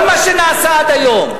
כל מה שנעשה עד היום,